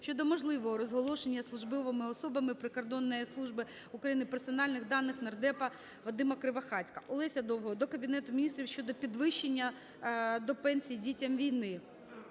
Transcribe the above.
щодо можливого розголошення службовими особами прикордонної служби України персональних даних нардепа Вадима Кривохатька. Олеся Довгого до Кабінету Міністрів щодо підвищення до пенсій дітям війни.